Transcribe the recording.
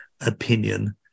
opinion